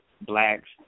blacks